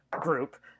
group